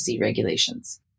regulations